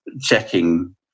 checking